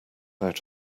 out